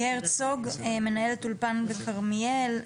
הרצוג מנהלת אולפן בכרמיאל,